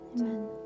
Amen